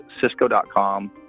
cisco.com